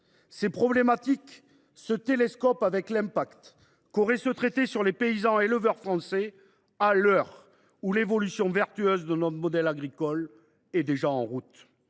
Ces problématiques se télescopent avec l’effet qu’aurait ce traité sur les paysans et éleveurs français, à l’heure où l’évolution vertueuse de notre modèle agricole est déjà engagée.